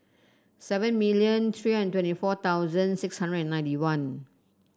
seven million three hundred twenty four thousand six hundred and ninety one